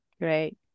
Great